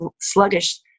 sluggish